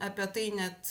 apie tai net